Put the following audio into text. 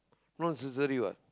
not necessary what